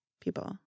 people